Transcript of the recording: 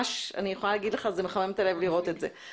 אני יכולה לומר לך שזה ממש מחמם את הלב לראות את זה.